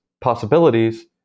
possibilities